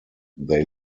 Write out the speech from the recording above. they